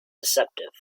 deceptive